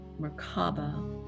Merkaba